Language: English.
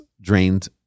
drained